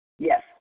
Yes